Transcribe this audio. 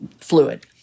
fluid